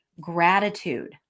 Gratitude